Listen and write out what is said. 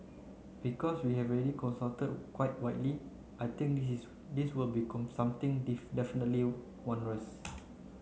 because we have already consult quite widely I think this will be something definitely not onerous